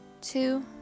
two